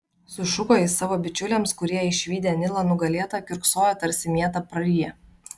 sušuko jis savo bičiuliams kurie išvydę nilą nugalėtą kiurksojo tarsi mietą prariję